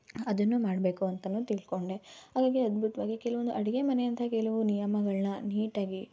ಅದನ್ನು ಮಾಡಬೇಕು ಅಂತಲೂ ತಿಳ್ಕೊಂಡೆ ಅದಕ್ಕೆ ಅದ್ಭುತವಾಗಿ ಕೆಲವೊಂದು ಅಡುಗೆ ಮನೆ ಅಂಥ ಕೆಲವು ನಿಯಮಗಳನ್ನ ನೀಟಾಗಿ